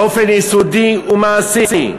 באופן יסודי ומעשי.